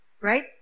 right